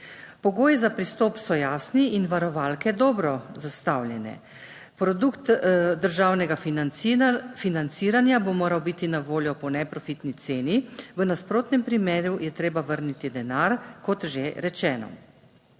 Pogoji za pristop so jasni in varovalke dobro zastavljene. Produkt državnega financiranja bo moral biti na voljo po neprofitni ceni, v nasprotnem primeru je treba vrniti denar: Kot že rečeno,